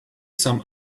some